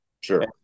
Sure